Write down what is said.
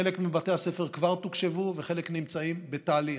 חלק מבתי הספר כבר תוקשבו וחלק נמצאים בתהליך.